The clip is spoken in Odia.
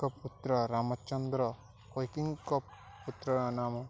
ଙ୍କ ପୁତ୍ର ରାମଚନ୍ଦ୍ର କୈକେୟୀଙ୍କ ପୁତ୍ରର ନାମ